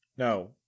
No